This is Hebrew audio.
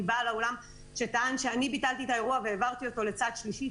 מבעל האולם שטען שאני ביטלתי את האירוע והעברתי אותו לצד שלישי.